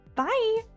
Bye